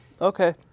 Okay